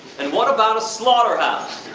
and what about a slaughterhouse?